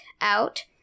out